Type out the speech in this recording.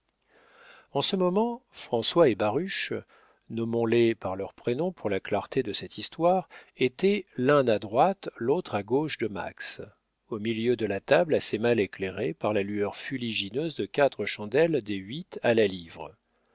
en ce moment françois et baruch nommons les par leurs prénoms pour la clarté de cette histoire étaient l'un à droite l'autre à gauche de max au milieu de la table assez mal éclairée par la lueur fuligineuse de quatre chandelles des huit à la livre